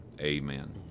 Amen